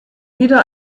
wieder